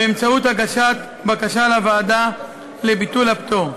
באמצעות הגשת בקשה לוועדה לביטול הפטור.